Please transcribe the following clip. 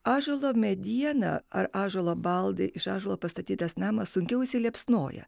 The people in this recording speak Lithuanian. ąžuolo mediena ar ąžuolo baldai iš ąžuolo pastatytas namas sunkiau užsiliepsnoja